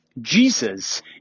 Jesus